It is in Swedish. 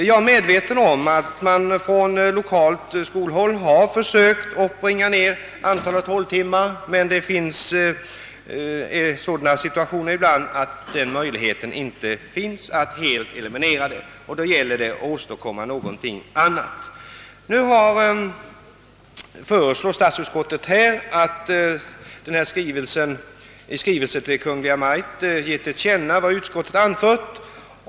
Jag är medveten om att man från 1okalt skolbhåll försökt att nedbringa antalet håltimmar, men det finns ibland sådana situationer att denna möjlighet inte föreligger, och då gäller det att åstadkomma någonting annat. Statsutskottet föreslår nu att riksdagen i skrivelse till Kungl. Maj:t skall ge till känna vad utskottet anfört.